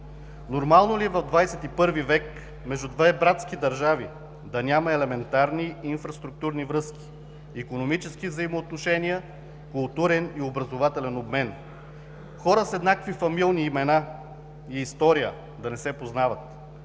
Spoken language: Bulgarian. Нормално ли е в XXI век между две братски държави да няма елементарни инфраструктурни връзки, икономически взаимоотношения, културен и образователен обмен? Хора с еднакви фамилни имена и история да не се познават?